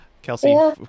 Kelsey